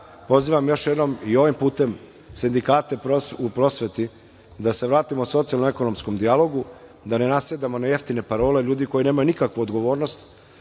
pozivam još jednom i ovim putem sindikate u prosveti da se vratimo socijalno-ekonomskom dijalogu, da ne nasedamo na jeftine parole ljudi koji nemaju nikakvu odgovornost,